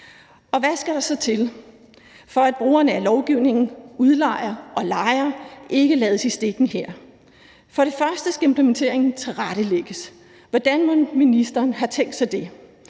Og hvad skal der så til, for at brugerne af lovgivningen – udlejere og lejere – her ikke lades i stikken? For det første skal implementeringen tilrettelægges. Hvordan mon ministeren har tænkt sig det